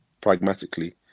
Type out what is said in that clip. pragmatically